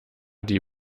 die